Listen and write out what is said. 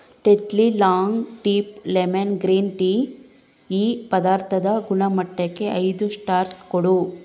Tetley long tip lemon green tea ಈ ಪದಾರ್ಥದ ಗುಣಮಟ್ಟಕ್ಕೆ ಐದು ಸ್ಟಾರ್ಸ್ ಕೊಡು